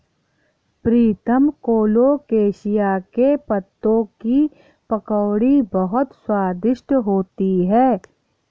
प्रीतम colocasia के पत्तों की पकौड़ी बहुत स्वादिष्ट होती है